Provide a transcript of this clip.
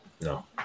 No